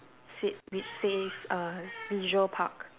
sit which says err visual park